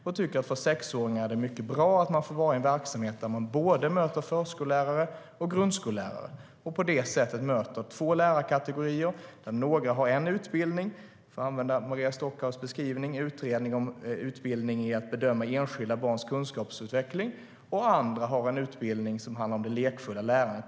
Jag tycker att det är bra att sexåringar får vara i en verksamhet där de både möter förskollärare och grundskollärare. De möter på det sättet två lärarkategorier där några har utbildning i att bedöma enskilda barns kunskapsutveckling, för att använda Maria Stockhaus beskrivning, och andra har en utbildning i lekfullt lärande.